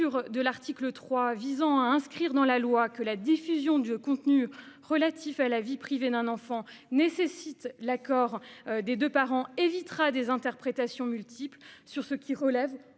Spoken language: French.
de l'article 3 de manière à inscrire dans la loi que la diffusion de contenus relatifs à la vie privée d'un enfant nécessite l'accord des deux parents évitera des interprétations multiples sur la